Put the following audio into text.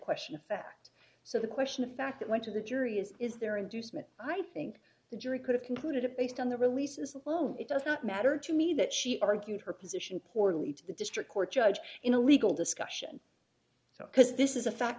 question of fact so the question of fact that went to the jury is is there inducement i think the jury could have concluded based on the releases alone it does not matter to me that she argued her position poorly to the district court judge in a legal discussion so because this is a fa